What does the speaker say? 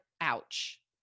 ouch